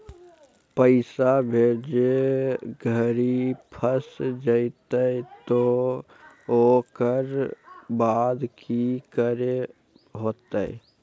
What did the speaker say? पैसा भेजे घरी फस जयते तो ओकर बाद की करे होते?